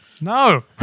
No